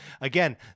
again